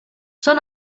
són